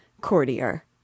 courtier